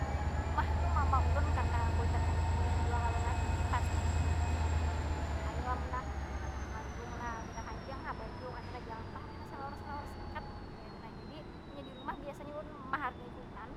munnya di rumah tu mama ulun, karna kuitan haji jua kalo lah. Jadi pasti di disambati, ayu am nak kaytu na, bakakarudung na. Pina panjang ha baju kaytu na, jangan pang pina salawar- salawar singkat kaytu nah. Jadi munnya di rumah biasanya ulun mahargai kuitan,